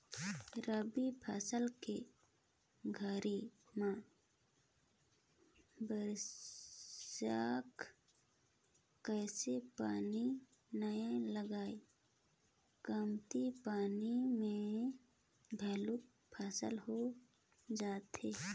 रबी फसल के घरी में बईरखा कस पानी नई लगय कमती पानी म घलोक फसल हो जाथे